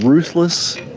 ruthless.